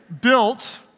built